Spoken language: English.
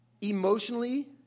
Emotionally